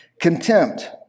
contempt